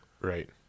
Right